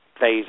phase